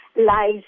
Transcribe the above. lies